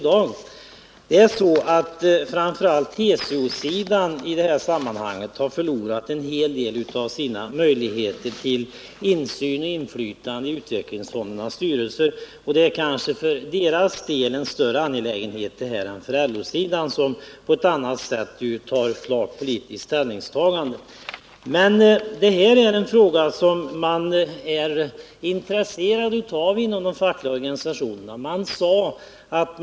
Jag tror att framför allt TCO-sidan i det här sammanhanget har förlorat en hel del av sina möjligheter till insyn i och inflytande över utvecklingsfondernas styrelser, något som kanske för deras del är en större angelägenhet än det är för LO-sidan, som på ett annat sätt gör ett klart politiskt ställningstagande. Det här är en fråga som de fackliga organisationerna är intresserade av.